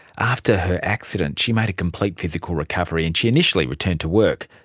after her accident she made a complete physical recovery and she initially returned to work.